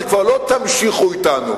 זה כבר לא תמשיכו אתנו,